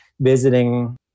visiting